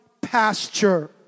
pasture